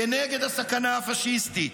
כנגד הסכנה הפשיסטית?